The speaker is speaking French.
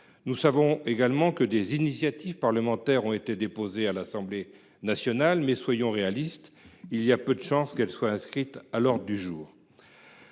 Nous savons également que des initiatives parlementaires ont été déposées à l’Assemblée nationale, mais, soyons réalistes, il y a peu de chances qu’elles soient inscrites à l’ordre du jour.